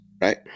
right